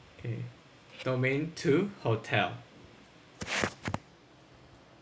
okay domain two hotel